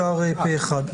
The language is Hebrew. אושר פה אחד.